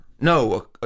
No